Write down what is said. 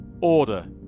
order